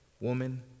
woman